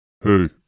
Hey